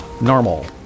normal